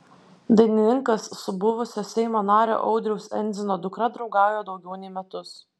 dainininkas su buvusio seimo nario audriaus endzino dukra draugauja daugiau nei metus